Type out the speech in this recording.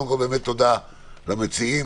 קודם כל תודה למציעים.